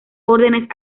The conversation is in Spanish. órdenes